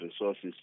resources